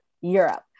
Europe